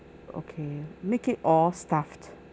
okay make it all stuffed